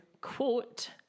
quote